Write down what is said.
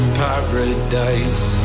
paradise